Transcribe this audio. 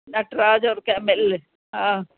नटराज और कैमिल हा